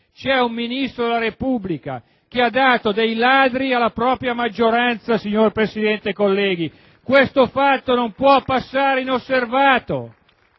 Un Ministro della Repubblica ha dato dei ladri alla propria maggioranza, signor Presidente e colleghi. Questo fatto non può passare inosservato!